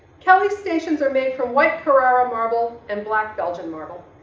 kelly's stations are made from white carrara marble and black belgian marble.